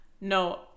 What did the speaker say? No